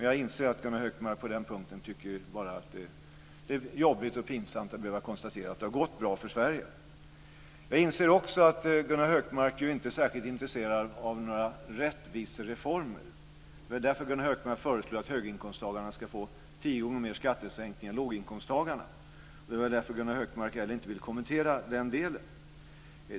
Jag inser att Gunnar Hökmark bara tycker att det är jobbigt och pinsamt att behöva konstatera att det har gått bra för Jag inser också att Gunnar Hökmark inte är särskilt intresserad av några rättvisereformer. Det är väl därför Gunnar Hökmark föreslår att höginkomsttagarna ska få tio gånger mer skattesänkning än låginkomsttagarna. Det är väl därför Gunnar Hökmark inte heller vill kommentera den delen.